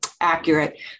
accurate